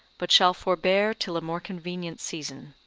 but shall forbear till a more convenient season.